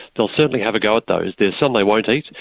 they'll certainly have a go at those. there's some they won't eat,